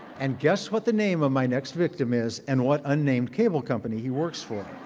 and guess what the name of my next victim is and what unnamed cable company he works for.